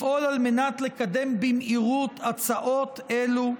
לפעול על מנת לקדם במהירות הצעות אלו,